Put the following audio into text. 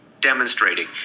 demonstrating